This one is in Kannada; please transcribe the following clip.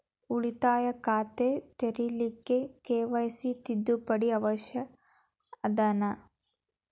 ಉಳಿತಾಯ ಖಾತೆ ತೆರಿಲಿಕ್ಕೆ ಕೆ.ವೈ.ಸಿ ತಿದ್ದುಪಡಿ ಅವಶ್ಯ ಅದನಾ?